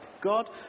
God